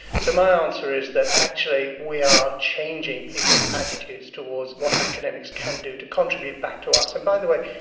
so my answer is that actually we are changing people's attitudes towards what academics can do to contribute back to us. and, by the way,